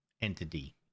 entity